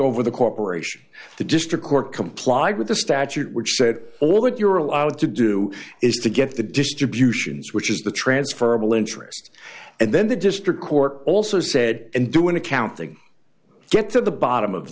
over the corporation the district court complied with the statute which said all that you're allowed to do is to get the distributions which is the transferable interest and then the district court also said and do an accounting get to the bottom of